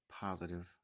positive